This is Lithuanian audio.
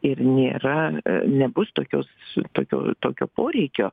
ir nėra nebus tokios su tokiu tokio poreikio